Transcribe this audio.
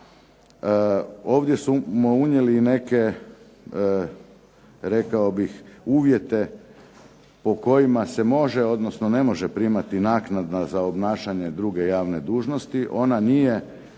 Ovdje smo unijeli i neke rekao bih uvjete po kojima se može, odnosno ne može primati naknada za obnašanje druge javne dužnosti. Ona nije